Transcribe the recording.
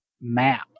map